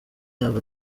yaba